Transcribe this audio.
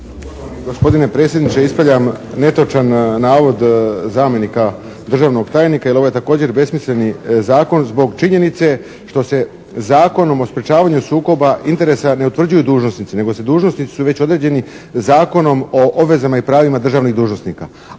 gospodine predsjedniče, ispravljam netočan navod zamjenika državnog tajnika jer ovo je također besmisleni zakon zbog činjenice što se Zakonom o sprječavanju sukoba interesa ne utvrđuju dužnosnici. Nego se, dužnosnici su već određeni Zakonom o obvezama i pravima državnih dužnosnika.